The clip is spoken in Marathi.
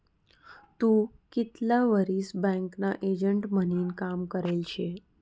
तू कितला वरीस बँकना एजंट म्हनीन काम करेल शे?